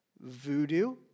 voodoo